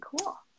cool